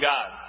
God